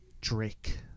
Drake